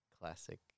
classic